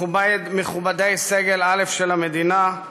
מכובדיי סגל א' של המדינה,